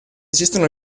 esistono